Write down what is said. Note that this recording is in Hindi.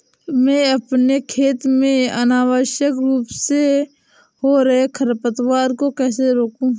मैं अपने खेत में अनावश्यक रूप से हो रहे खरपतवार को कैसे रोकूं?